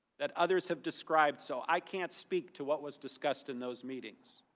that others have described. so i can't speak to what was discussed in those meetings.